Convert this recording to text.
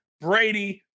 Brady